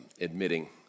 admitting